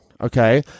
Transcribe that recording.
Okay